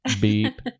beep